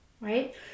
Right